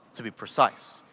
to be precise.